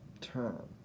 term